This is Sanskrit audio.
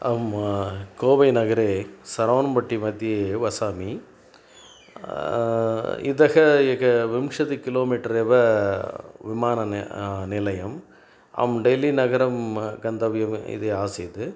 अहं कोवेनगरे सरौन्बट्टिमध्ये वसामि इतः एकविंशतिः किलोमिटर् एव विमानं निलयम् अहं डैलिनगरं गन्तव्यम् इति आसीत्